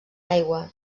aigua